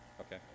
Okay